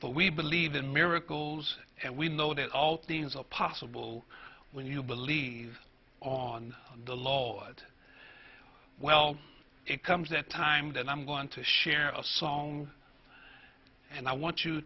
but we believe in miracles and we know that all things are possible when you believe on the lord well it comes that time that i'm going to share a song and i want you